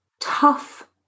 tough